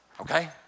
Okay